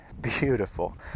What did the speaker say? beautiful